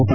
T